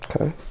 Okay